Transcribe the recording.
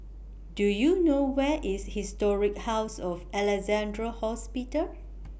Do YOU know Where IS Historic House of Alexandra Hospital